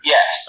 Yes